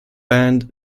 band